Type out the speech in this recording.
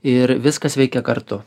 ir viskas veikia kartu